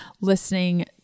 listening